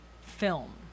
film